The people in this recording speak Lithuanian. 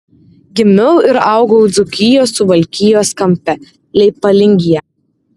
gimiau ir augau dzūkijos suvalkijos kampe leipalingyje